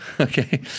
Okay